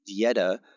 dieta